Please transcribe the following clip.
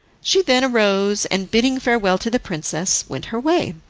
she then rose, and bidding farewell to the princess, went her way.